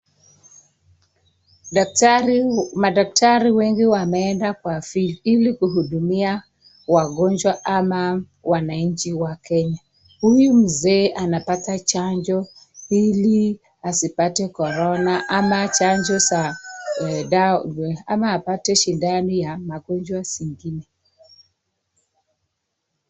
Madaktari wengi wameenda kwa field ili kuhudumia wagonjwa ama wananchi wa Kenya. Huyu mzee anapata chanjo ili asipate Corona ama apate shindani ya magonjwa zingine.